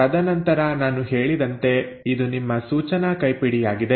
ತದನಂತರ ನಾನು ಹೇಳಿದಂತೆ ಇದು ನಿಮ್ಮ ಸೂಚನಾ ಕೈಪಿಡಿಯಾಗಿದೆ